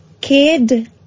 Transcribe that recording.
Kid